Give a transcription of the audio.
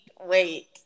wait